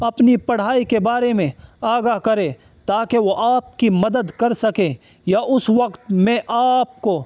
اپنی پڑھائی کے بارے میں آگاہ کریں تاکہ وہ آپ کی مدد کر سکیں یا اس وقت میں آپ کو